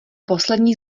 poslední